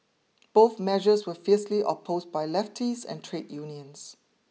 both measures were fiercely opposed by lefties and trade unions